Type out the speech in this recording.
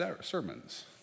Sermons